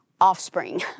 offspring